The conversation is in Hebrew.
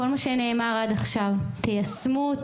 כל מה שנאמר עד עכשיו תיישמו.